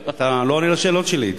אתה לא עונה על השאלות שלי.